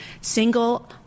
single